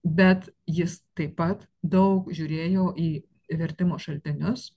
bet jis taip pat daug žiūrėjo į vertimo šaltinius